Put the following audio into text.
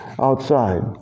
outside